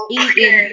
Eating